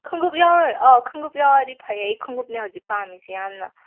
ꯈꯣꯡꯎꯞ ꯌꯥꯎꯔꯣꯏ ꯈꯣꯡꯎꯞ ꯌꯥꯎꯔꯗꯤ ꯐꯩ ꯑꯩ ꯈꯣꯡꯎꯞꯅꯤ ꯍꯧꯖꯤꯛ ꯄꯥꯝꯃꯤꯁꯦ ꯌꯥꯝꯅ